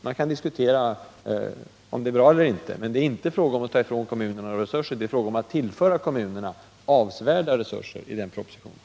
Man kan diskutera om det är bra eller inte, men det är inte fråga om att ta ifrån kommunerna några resurser utan om att tillföra kommunerna avsevärda resurser genom den aktuella propositionen.